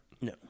No